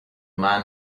man